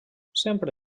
sempre